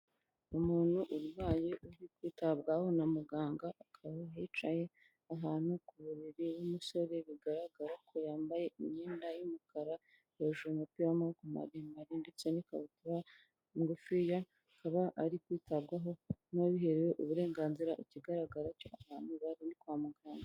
Umuntu urwaye uri kwitabwaho na muganga, akaba yicaye ahantu ku buribiri w'umusore bigaragara ko yambaye imyenda y'umukara, hejuru umupira w'amaboko maremare ndetse n'ikabutura ngufi akaba ari kwitabwaho n'ubiherewe uburenganzira ikigaragara cyo ahantu bari ni kwa muganga.